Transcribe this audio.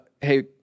Hey